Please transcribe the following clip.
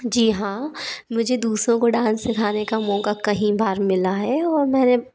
जी हाँ मुझे दूसरों को डांस सिखाने का मौक़ा कईं बार मिला है और मैंने